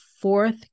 fourth